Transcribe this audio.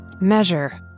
measure